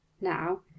Now